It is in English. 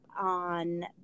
on